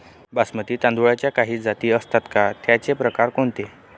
बासमती तांदळाच्या काही जाती असतात का, त्याचे प्रकार कोणते?